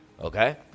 Okay